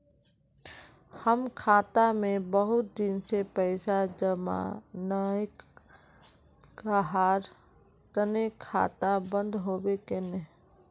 हम खाता में बहुत दिन से पैसा जमा नय कहार तने खाता बंद होबे केने?